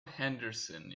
henderson